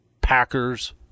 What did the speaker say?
Packers